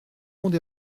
monde